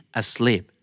asleep